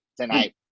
tonight